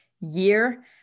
year